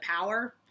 power